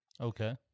Okay